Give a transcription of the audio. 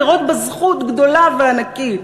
לראות בה זכות גדולה וענקית.